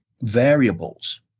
variables